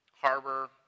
Harbor